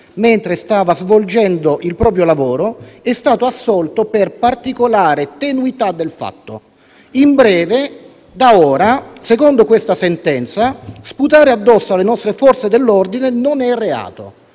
mentre stava svolgendo il proprio lavoro, è stato assolto per particolare tenuità del fatto. In breve, da ora, secondo questa sentenza sputare addosso alle nostre Forze dell'ordine non è reato,